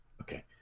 Okay